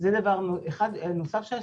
זה דבר אחד שעשינו.